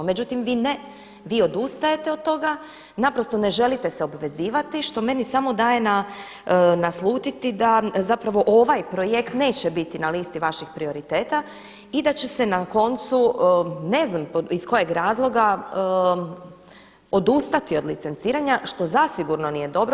Međutim, vi odustajete od toga, naprosto ne želite se obvezivati što meni samo daje naslutiti da zapravo ovaj projekt neće biti na listi vaših prioriteta i da će se na koncu ne znam iz kojeg razloga odustati od licenciranja što zasigurno nije dobro.